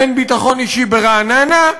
אין ביטחון אישי ברעננה,